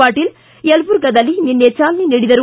ಪಾಟೀಲ ಯಲಬುರ್ಗಾದಲ್ಲಿ ನಿನ್ನೆ ಚಾಲನೆ ನೀಡಿದರು